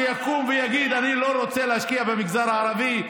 שיקום ויגיד: אני לא רוצה להשקיע במגזר הערבי,